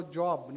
job